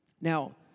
Now